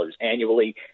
annually